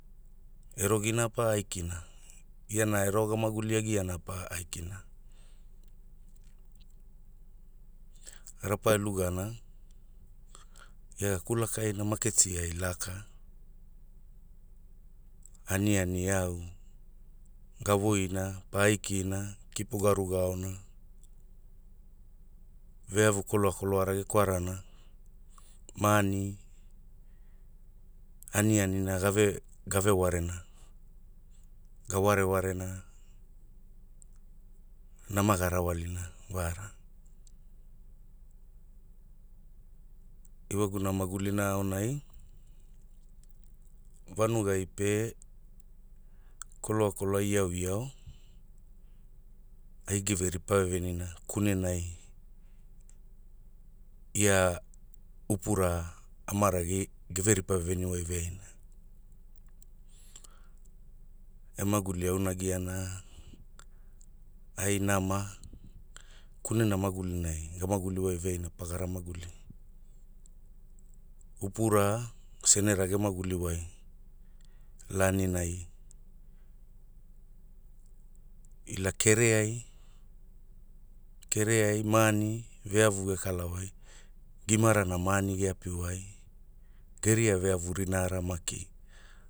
E rogina pa aikina, iana e ro ge maguliagiana pa aikina? Rapa e lugana, ia ga kulakaina maketi ai laka, aniani au, ga woina pa aikina kipo ga ruga aona, ve avu koloa koloara ge kwarana, maani, anianina- gave- gave ware na. Ga ware warena, nama ga rawalina wara, ewagumuna magulina aonai, vanugai pe koloa koloa iau iau, ai ge ve ripa vevenina, kunenai, ia, upura, amara ge, geve ripa veveni wai veaina. E maguli auna agiana, ai nama, kunena magulinai ga maguli wai veaina pagara maguli, upura, senera ge maguli wai, lani nai kereai, kere ai maani, ve avu ge kala wai, imarana maani ge api wai, geria ve avu rinara maki.